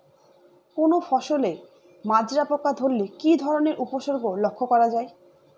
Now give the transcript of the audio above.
কোনো ফসলে মাজরা পোকা ধরলে কি ধরণের উপসর্গ লক্ষ্য করা যায়?